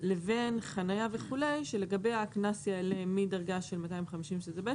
לבין חניה וכולי שלגביה הקנס יעלה מדרגה של 250 שקלים,